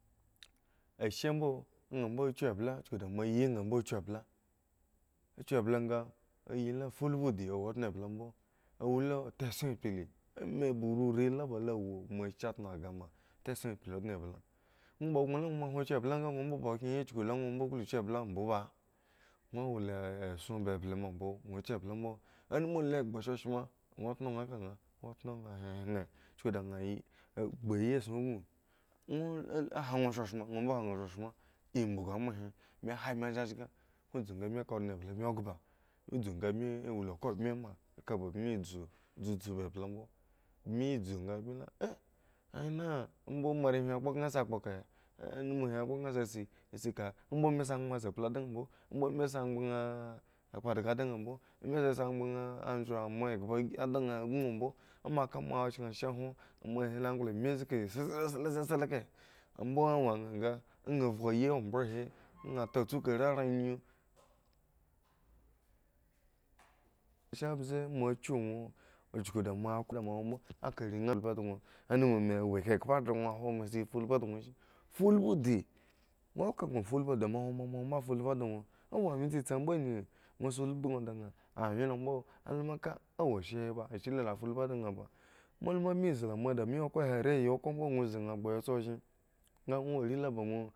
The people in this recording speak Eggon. Ashe mbo a nha kyu emble chuku da moa yyi nha mbo kyu emble a kyu emble nga ayi la fubhu di awo ondne emblembo owo lo ta esson rkli ma bo ririi la wo ba ashe tnogah ma ta esson pkli ondne emble ŋwo kpha gno la ma hwon ba kyu emble nga ŋwo mbo ba khre yi chuku la ŋwo mbo klo kyu emble bo ba ŋwo wo lesson mblemble ma mbo ŋwo kyu emble mbo anum lu egba shonsm ŋwo tnonha kanha ŋwo tno hanhan chuku dan a gbu a yi esson aku ŋwo a lu han shtonsmo ŋwo han nha shronsmu am bugu mo he bmi han bmi zhazga bmi dzu nga ka ondne emble bmi ghba udzu nga bmi wo la kabmeh ma eka ba bmi ehu udzudzu ba emble mbo bmi dzungabmi le eh ayina mbo moarehwin za kpo ka nha sa kpo kahe anum hi akpo ka nha sisi ka mbo a me si ngban sa mble si dinhambo mbo ame si angban akpha ygi dinha mbo ame sasi angban anzho ba moa engsa ygi si dimambo moa ka moa khren ashe hren moa hi longlo ami zgi slesle sle kahe mbo llo wo nha nga a nha vhgu ayi obh hi anha ta tsukari raŋnyu mon ashe mbze moa kyu awo uchuku da moa hwon mbo a ka renha anum me awo khpkhpo ghre ŋwo huro me sa fulbhu doŋ owo wyen tsitsi mbo in yi ŋwo si ulbhu baŋ di nha a wyen lo mbo a luma bmi zi la moa damoa yi okhro he are yi khro mbo bmi zi ba ya tsa ozhen nga ŋwo wo are la ba ŋwo.